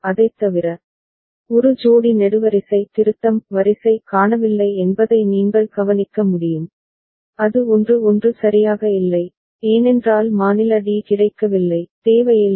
அதைத் தவிர ஒரு ஜோடி நெடுவரிசை திருத்தம் வரிசை காணவில்லை என்பதை நீங்கள் கவனிக்க முடியும் அது 1 1 சரியாக இல்லை ஏனென்றால் மாநில d கிடைக்கவில்லை தேவையில்லை